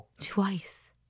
Twice